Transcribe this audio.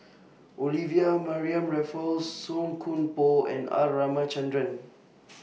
Olivia Mariamne Raffles Song Koon Poh and R Ramachandran